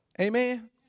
amen